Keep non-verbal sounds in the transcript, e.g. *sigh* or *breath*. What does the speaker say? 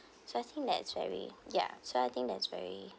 *breath* so I think that's very ya so I think that's very